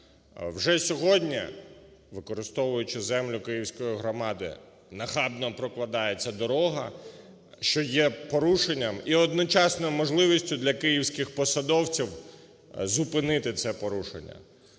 Вже сьогодні, використовуючи землю київської громади, нахабно прокладається дорога, що є порушенням і одночасно можливістю для київських посадовців зупинити це порушення.